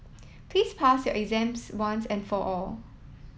please pass your exams once and for all